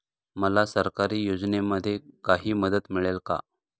मला सरकारी योजनेमध्ये काही मदत मिळेल का?